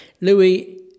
Louis